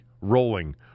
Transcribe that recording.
rolling